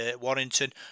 Warrington